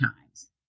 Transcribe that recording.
times